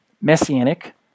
Messianic